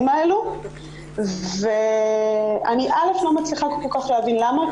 האלה ואני לא מצליחה כל כך להבין למה,